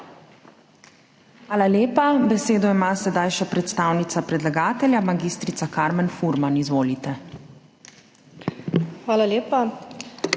Hvala lepa. Besedo ima sedaj še predstavnica predlagatelja, mag. Karmen Furman. Izvolite. **MAG.